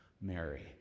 Mary